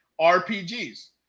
RPGs